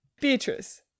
Beatrice